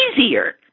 easier